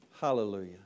Hallelujah